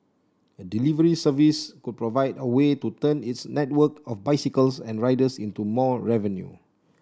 a delivery service could provide a way to turn its network of bicycles and riders into more revenue